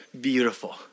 beautiful